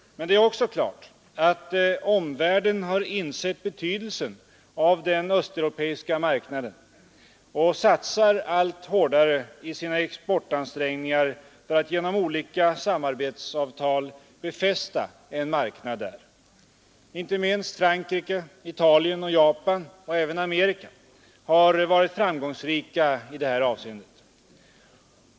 Men det är också klart att omvärlden har insett betydelsen av den östeuropeiska marknaden och satsar allt hårdare i sina exportansträngningar för att genom olika samarbetsavtal befästa sina positioner där, Inte minst Frankrike, Italien och Japan utan även Amerika har varit framgångsrika i det avseendet.